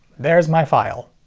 there's my file.